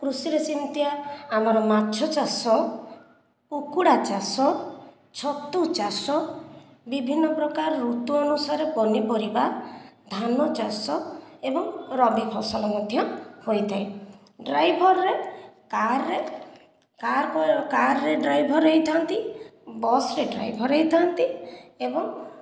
କୃଷିରେ ସେମିତି ଆମର ମାଛ ଚାଷ କୁକୁଡ଼ା ଚାଷ ଛତୁ ଚାଷ ବିଭିନ୍ନ ପ୍ରକାର ଋତୁ ଅନୁସାରେ ପନିପରିବା ଧାନ ଚାଷ ଏବଂ ରବି ଫସଲ ମଧ୍ୟ ହୋଇଥାଏ ଡ୍ରାଇଭର ରେ କାର୍ ରେ କାର୍ ରେ ଡ୍ରାଇଭର ହୋଇଥାନ୍ତି ବସ୍ ରେ ଡ୍ରାଇଭର ହୋଇଥାନ୍ତି ଏବଂ